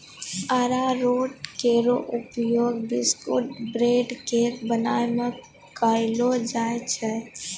अरारोट केरो उपयोग biscuit, bread, cake बनाय म कयलो जाय छै